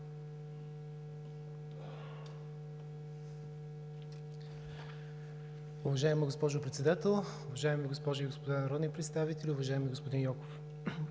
Уважаема госпожо Председател, уважаеми госпожи и господа народни представители! Уважаеми господин Гьоков,